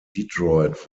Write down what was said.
detroit